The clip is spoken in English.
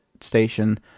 Station